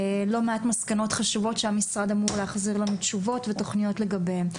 לא מעט מסקנות חשובות שהמשרד אמור להחזיר לנו תשובות ותכניות לגביהן.